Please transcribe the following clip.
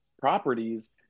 properties